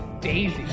Daisy